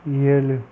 ஏழு